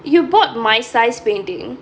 you bought my size painting